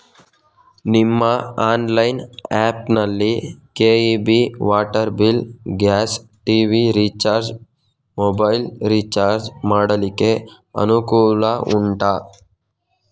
ನಿಮ್ಮ online app ನಲ್ಲಿ KEB, water bill, gas, TV recharge, mobile recharge ಮಾಡ್ಲಿಕ್ಕೆ ಅನುಕೂಲ ಉಂಟಾ